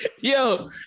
Yo